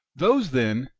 those, then,